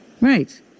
Right